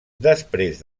després